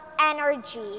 energy